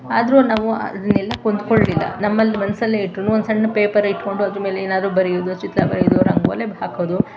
ಆದರೂ ನಾವು ಅದನ್ನೆಲ್ಲ ಕೊಂದುಕೊಳ್ಳಿಲ್ಲ ನಮ್ಮಲ್ಲಿ ಮನಸ್ಸಲ್ಲೇ ಇಟ್ರೂ ಒಂದು ಸಣ್ಣ ಪೇಪರ್ ಇಟ್ಕೊಂಡು ಅದ್ರಮೇಲೆ ಏನಾದ್ರು ಬರೆಯೋದು ಚಿತ್ರ ಬರೆಯೋದು ರಂಗೋಲಿ ಹಾಕೋದು